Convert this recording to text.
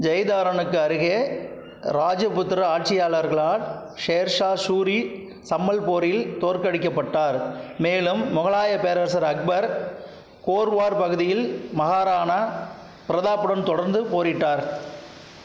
ஜெய்தாரனுக்கு அருகே ராஜபுத்திரா ஆட்சியாளர்களால் ஷேர் ஷா சூரி சம்மல் போரில் தோற்கடிக்கப்பட்டார் மேலும் முகலாய பேரரசர் அக்பர் கோர்வார் பகுதியில் மகாராண ப்ரதாப்புடன் தொடர்ந்து போரிட்டார்